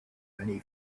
many